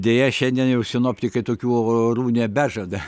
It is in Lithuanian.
deja šiandien jau sinoptikai tokių orų nebežada